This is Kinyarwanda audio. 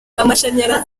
amashanyarazi